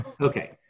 Okay